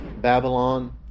Babylon